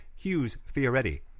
hughesfioretti